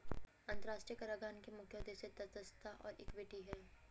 अंतर्राष्ट्रीय कराधान के मुख्य उद्देश्य तटस्थता और इक्विटी हैं